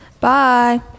Bye